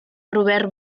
robert